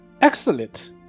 Excellent